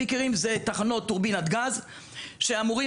פיקרים זה תחנות טורבינת גז שאמורים